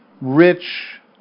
rich